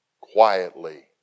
quietly